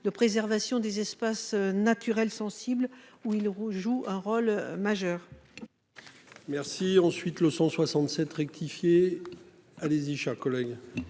de préservation des espaces naturels sensibles ou Ile-Rousse joue un rôle majeur. Merci. Ensuite le 167 rectifié. Allez-y, chers collègues.